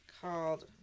called